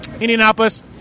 Indianapolis